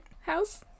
House